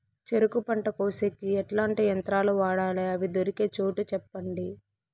చెరుకు పంట కోసేకి ఎట్లాంటి యంత్రాలు వాడాలి? అవి దొరికే చోటు చెప్పండి?